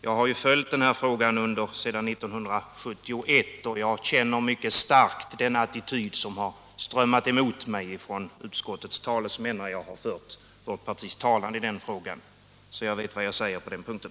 Jag har följt den här frågan sedan 1971 och mycket starkt känt den attityd som har strömmat mot mig från utskottets talesmän när jag fört vårt partis talan i den. Jag vet alltså vad jag säger på den punkten.